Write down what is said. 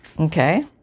Okay